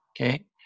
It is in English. Okay